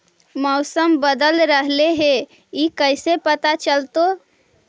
मौसम बदल रहले हे इ कैसे पता चलतै?